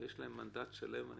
יש להם מנדט, אני